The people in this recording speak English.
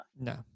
No